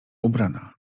ubrana